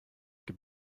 gibt